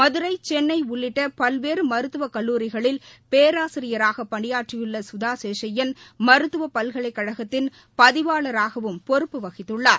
மதுரை சென்னை உள்ளிட்ட பல்வேறு மருத்துவக் கல்லூரிகளில் பேராசிரியராக பணியாற்றியுள்ள சுதா சேஷய்யன் மருத்துவப் பல்கலைக்கழகத்தின் பதிவாளராகவும் பொறுப்பு வகித்துள்ளார்